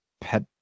pet